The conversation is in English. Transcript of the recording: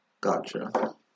Gotcha